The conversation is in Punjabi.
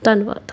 ਧੰਨਵਾਦ